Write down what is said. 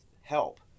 help